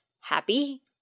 happy